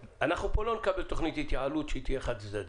אנחנו פה לא נקבל תוכנית התייעלות שהיא תהיה חד צדדית,